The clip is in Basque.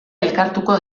elkartuko